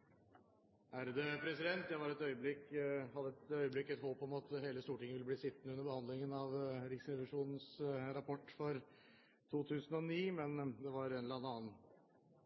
2009, men det var en eller annen annen